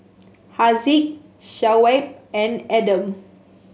Haziq Shoaib and Adam